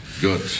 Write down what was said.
Good